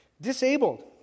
disabled